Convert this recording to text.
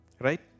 right